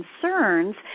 concerns